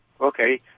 Okay